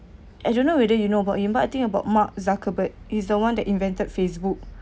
I don't know whether you know about you but I think about mark zuckerberg is the one that invented Facebook